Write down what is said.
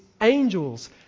angels